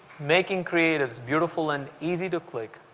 make ing create ives beautiful and easy to click,